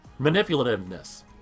Manipulativeness